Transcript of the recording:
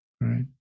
right